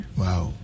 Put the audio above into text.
wow